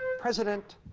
president.